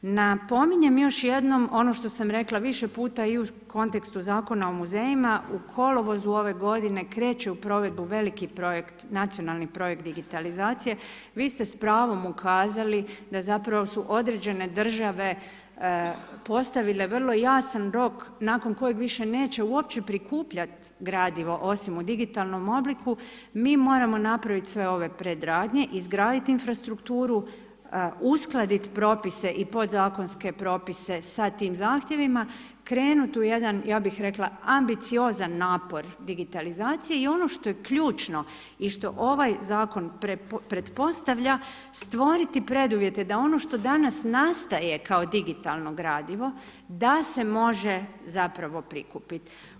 Napominjem još jednom ono što sam rekla više puta i u kontekstu Zakona o muzejima u kolovozu ove godine kreće u provedbu veliki projekt, nacionalni projekt digitalizacije, vi ste s pravom ukazali da zapravo su određene države postavile vrlo jasan rok nakon kojeg više neće uopće prikupljati gradivo osim u digitalnom obliku, mi moramo napraviti sve ove predradnje, izgraditi infrastrukturu, uskladiti propise i pod zakonske propise sa tim zahtjevima, krenuti u jedan ja bih rekla, ambiciozan napor digitalizacije i ono što je ključno i što ovaj zakon pretpostavlja, stvoriti preduvjete da ono što danas nastaje kao digitalno gradivo, da se može zapravo prikupiti.